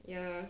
ya